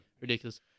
ridiculous